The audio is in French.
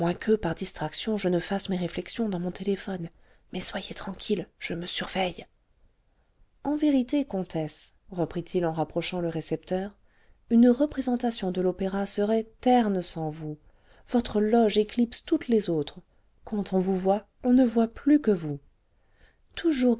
par distraction je ne fasse mes réflexions dans mon téléphone mais soyez tranquille je me surveille en vérité comtesse reprit-il en rapprochant le récepteur une représentation de l'opéra serait terne sans vous votre loge éclipse toutes les autres quand on vous voit on ne voit plus que vous toujours